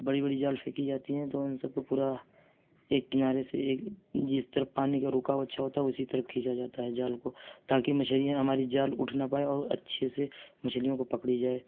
بڑی بڑی جال پھیکی جاتی ہیں تو ان سب کو پورا ایک کنارے سے ایک جس طرف پانی کا رکاو اچھا ہوتا ہے اسی طرف کھینچا جاتا ہے جال کو تاکہ مچھلیاں ہماری جال اٹھ نہ پائے اور اچھے سے مچھلیوں کو پکڑی جائے